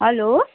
hello